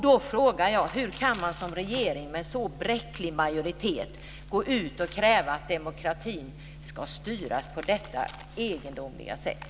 Då frågar jag: Hur kan man som regering med en så bräcklig majoritet gå ut och kräva att demokratin ska styras på detta egendomliga sätt?